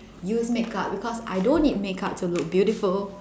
use makeup because I don't need makeup to look beautiful